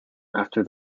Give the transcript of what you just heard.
after